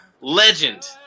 Legend